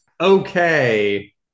Okay